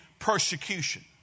Persecution